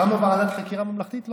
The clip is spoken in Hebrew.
קמה ועדת חקירה ממלכתית?